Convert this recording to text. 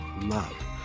love